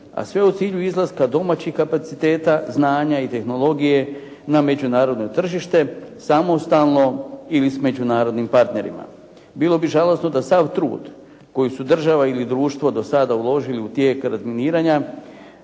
a sve u cilju izlaska domaćih kapaciteta, znanja i tehnologije na međunarodno tržište samostalno ili s međunarodnim partnerima. Bilo bi žalosno da sav trud koji su država ili društvo do sada uložili u tijek razminiranja